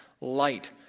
light